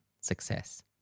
Success